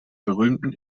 berühmten